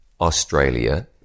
Australia